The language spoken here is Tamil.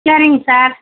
சரிங்க சார்